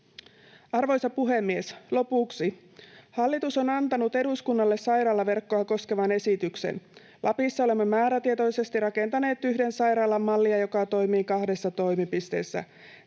Arvoisa puhemies! Lopuksi: Hallitus on antanut eduskunnalle sairaalaverkkoa koskevan esityksen. Lapissa olemme määrätietoisesti rakentaneet yhden sairaalan mallia, joka toimii kahdessa toimipisteessä.